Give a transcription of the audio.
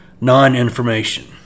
non-information